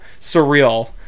surreal